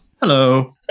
Hello